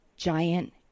Giant